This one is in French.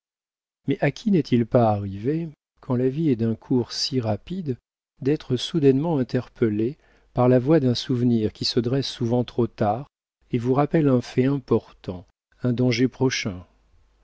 mais à qui n'est-il pas arrivé quand la vie est d'un cours si rapide d'être soudainement interpellé par la voix d'un souvenir qui se dresse souvent trop tard et vous rappelle un fait important un danger prochain